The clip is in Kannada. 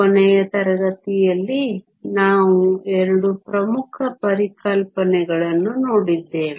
ಕೊನೆಯ ತರಗತಿಯಲ್ಲಿ ನಾವು 2 ಪ್ರಮುಖ ಪರಿಕಲ್ಪನೆಗಳನ್ನು ನೋಡಿದ್ದೇವೆ